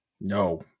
no